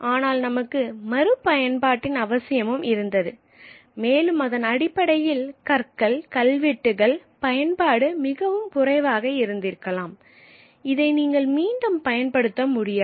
ஆனால் நமக்கு மறு பயன்பாட்டின் அவசியமும் இருந்தது மேலும் அதன் அடிப்படையில் கற்கள் கல்வெட்டுகளின் பயன்பாடு மிகவும் குறைவாக இருந்திருக்கலாம் இதை நீங்கள் மீண்டும் பயன்படுத்த முடியாது